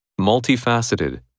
Multifaceted